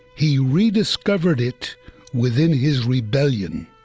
he rediscovered it within his rebellion.